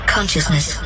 Consciousness